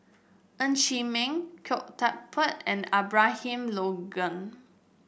Ng Chee Meng Khoo Teck Puat and Abraham Logan